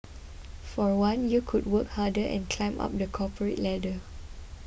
for one you could work harder and climb up the corporate ladder